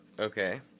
Okay